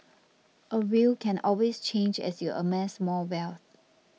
a will can always change as you amass more wealth